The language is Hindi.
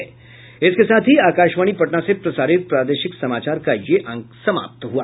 इसके साथ ही आकाशवाणी पटना से प्रसारित प्रादेशिक समाचार का ये अंक समाप्त हुआ